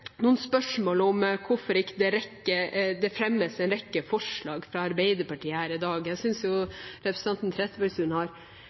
noen spørsmål om hvorfor det ikke fremmes en rekke forslag fra Arbeiderpartiet her i dag. Jeg synes representanten Trettebergstuen har